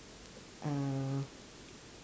uh